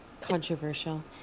controversial